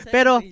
Pero